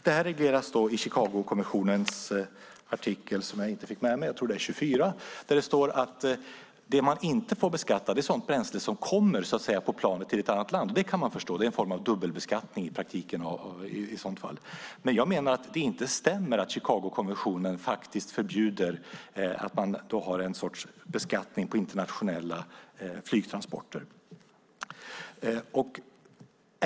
Det här regleras i Chicagokonventionens artikel 24, tror jag, där det står att det man inte får beskatta är sådant bränsle som kommer på planet i ett annat land. Det kan man förstå, för det är en form av dubbelbeskattning i praktiken. Jag menar att det inte stämmer att Chicagokonventionen faktiskt förbjuder en sorts beskattning på internationella flygtransporter.